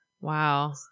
Wow